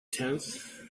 tenth